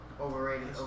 overrated